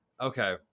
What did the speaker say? Okay